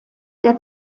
der